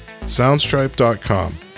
Soundstripe.com